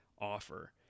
offer